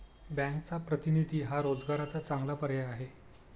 बँकचा प्रतिनिधी हा रोजगाराचा चांगला पर्याय आहे